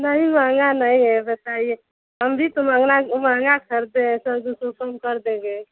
नहीं महँगा नहीं है बताइए हम भी तो मँघना महँगा खरीदे हैं सौ दो सौ कम कर देंगे